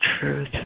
truth